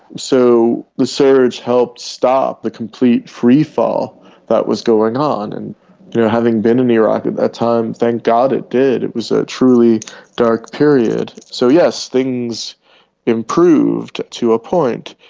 so the surge helped stop the complete freefall that was going on. and you know having been in iraq at that time, thank god it did, it was a truly dark period. so yes, things improved to a point.